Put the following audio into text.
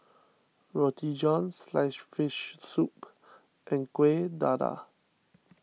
Roti John Sliced Fish Soup and Kueh Dadar